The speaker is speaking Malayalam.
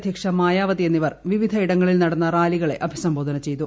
അധ്യക്ഷ മായാവതി എന്നിവർ വിവിധ ഇടങ്ങളിൽ നടന്ന റാലികളെ അഭിസംബോധന ചെയ്തു